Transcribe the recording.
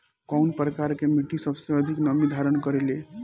कउन प्रकार के मिट्टी सबसे अधिक नमी धारण करे ले?